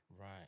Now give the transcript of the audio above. Right